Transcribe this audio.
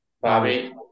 Bobby